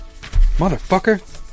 Motherfucker